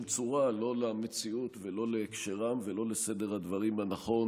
צורה לא למציאות ולא להקשרם ולא לסדר הדברים הנכון.